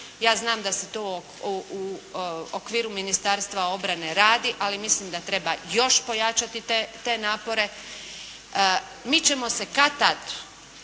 Ja znam da se to u okviru Ministarstva obrane radi ali mislim da treba još pojačati te napore. Mi ćemo se kad-tad,